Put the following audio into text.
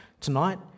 Tonight